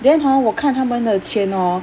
then hor 我看他们的钱 hor